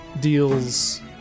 deals